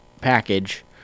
package